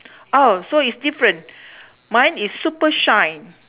oh so it's different mine is super shine